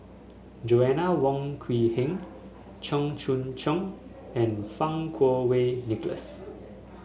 Joanna Wong Quee Heng Cheong Choong Kong and Fang Kuo Wei Nicholas